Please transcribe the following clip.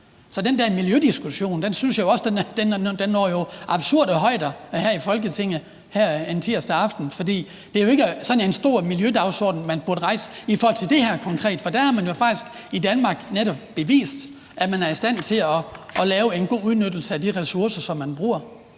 Så den der miljødiskussion synes jeg jo også når absurde højder her i Folketinget en tirsdag aften, for det er jo ikke sådan en stor miljødagsorden, man burde rejse – i hvert fald ikke i forhold til det her konkret. For der har man jo faktisk i Danmark netop bevist, at man er i stand til at lave en god udnyttelse af de ressourcer, som man bruger.